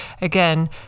again